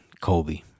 Kobe